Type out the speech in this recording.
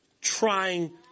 trying